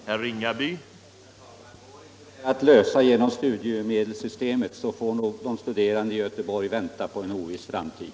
Herr talman! Går inte det här att lösa genom studiemedelssystemet får nog de studerande i Göteborg vänta på en oviss framtid.